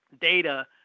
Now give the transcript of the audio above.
data